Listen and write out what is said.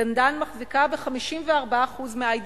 "גנדן" מחזיקה בכ-54% מ"איי.די.בי",